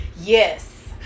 Yes